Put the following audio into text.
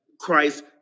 Christ